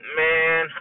man